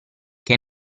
che